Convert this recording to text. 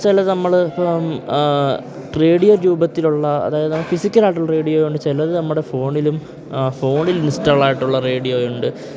ചിലത് നമ്മൾ ഇപ്പം റേഡിയോ രൂപത്തിലുള്ള അതായത് നമ്മൾ ഫിസിക്കലായിട്ടുള്ള റേഡിയോ ഉണ്ട് ചിലത് നമ്മുടെ ഫോണിലും ഫോണിൽ ഇൻസ്റ്റാളായിട്ടുള്ള റേഡിയോയുണ്ട്